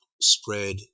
spread